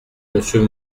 monsieur